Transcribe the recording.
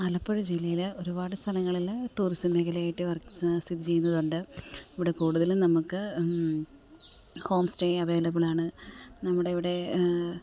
ആലപ്പുഴ ജില്ലയിൽ ഒരുപാട് സ്ഥലങ്ങളിൽ ടൂറിസം മേഖലയായിട്ട് വോർക്സ് സ്ഥിതി ചെയുന്നതുണ്ട് ഇവിടെ കൂടുതലും നമുക്ക് ഹോം സ്റ്റേയ് അവൈലബിളാണ് നമ്മുടെ അവിടെ